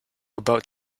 about